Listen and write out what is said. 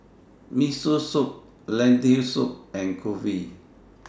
Miso Soup Lentil Soup and Kulfi